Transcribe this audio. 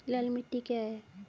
लाल मिट्टी क्या है?